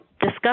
discuss